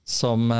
som